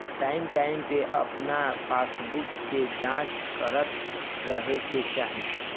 time time पे अपन passbook के जाँच करत रहे के चाही